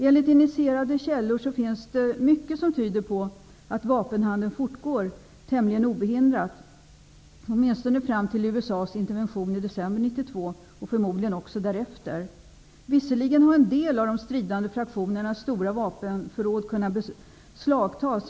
Enligt initierade källor finns det mycket som tyder på att vapenhandeln fortgår tämligen obehindrat, åtminstone gjorde den det fram till USA:s intervention i december 1992 och förmodligen även därefter. Visserligen har en del av de stridande fraktionernas stora vapenförråd kunnat beslagtas.